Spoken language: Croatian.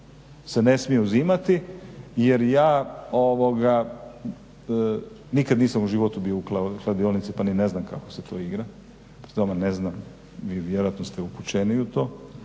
se ne smije uzimati jer ja ovoga nikad nisam u životu bio u kladionici pa ni ne znam kako se to igra, stvarno ne znam, vi vjerojatno ste upućeniji u to,